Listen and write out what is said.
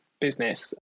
business